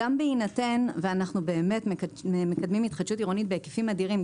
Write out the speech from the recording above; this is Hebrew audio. ואנחנו מקדמים התחדשות עירונית בהיקפים אדירים.